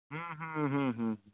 ᱦᱩᱸ ᱦᱩᱸ ᱦᱩᱸ ᱦᱩᱸ ᱦᱩᱸ